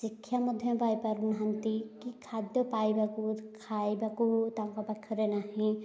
ଶିକ୍ଷା ମଧ୍ୟ ପାଇପାରୁନାହାନ୍ତି କି ଖାଦ୍ୟ ପାଇବାକୁ ଖାଇବାକୁ ତାଙ୍କ ପାଖରେ ନାହିଁ